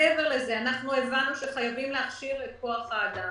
מעבר לזה, הבנו שחייבים להכשיר את כוח האדם.